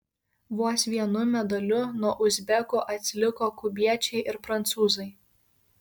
vos vienu medaliu nuo uzbekų atsiliko kubiečiai ir prancūzai